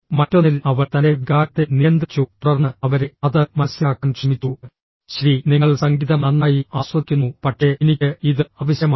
മറ്റൊന്നിൽ അവൾ തന്റെ വികാരത്തെ നിയന്ത്രിച്ചു തുടർന്ന് അവരെ അത് മനസ്സിലാക്കാൻ ശ്രമിച്ചു ശരി നിങ്ങൾ സംഗീതം നന്നായി ആസ്വദിക്കുന്നു പക്ഷേ എനിക്ക് ഇത് ആവശ്യമാണ്